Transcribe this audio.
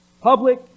public